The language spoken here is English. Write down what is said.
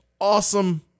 awesome